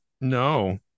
No